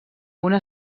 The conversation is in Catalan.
una